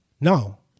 No